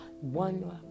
one